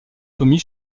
commis